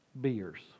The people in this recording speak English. beers